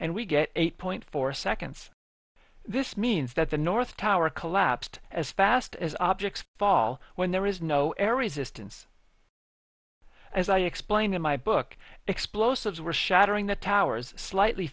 and we get eight point four seconds this means that the north tower collapsed as fast as objects fall when there is no area systems as i explained in my book explosives were shattering the towers slightly